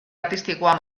artistikoa